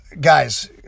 guys